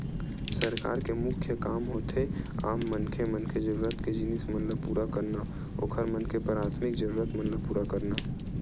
सरकार के मुख्य काम होथे आम मनखे मन के जरुरत के जिनिस मन ल पुरा करना, ओखर मन के पराथमिक जरुरत मन ल पुरा करना